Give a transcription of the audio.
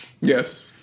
Yes